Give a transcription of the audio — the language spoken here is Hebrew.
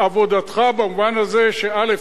את עבודתך במובן הזה, א.